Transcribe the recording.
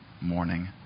morning